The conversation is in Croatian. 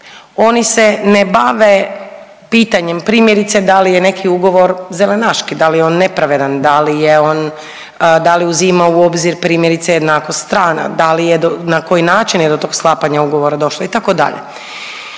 Oni se ne bave pitanjem primjerice da li je neki ugovor zelenaški, da li je on nepravedan, da li je on, da li uzima u obzirom primjerice jednakost strana, da li je, na koji način je do tog sklapanja ugovora došlo itd.